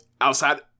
outside